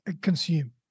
consume